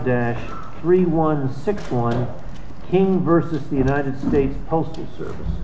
three one six one thing versus the united states postal service